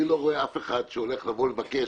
אני לא רואה אף אחד שהולך לבוא לבקש.